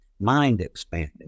mind-expanding